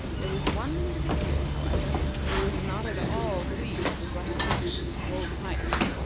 there was one individual, however, who was not at all pleased with what had happened to old pipes.